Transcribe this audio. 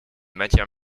matière